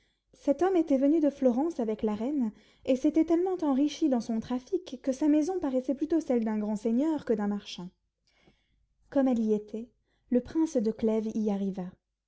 cet homme était venu de florence avec la reine et s'était tellement enrichi dans son trafic que sa maison paraissait plutôt celle d'un grand seigneur que d'un marchand comme elle y était le prince de clèves y arriva